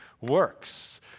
works